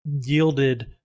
yielded